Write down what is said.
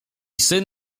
syn